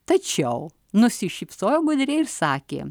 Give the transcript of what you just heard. tačiau nusišypsojo gudriai ir sakė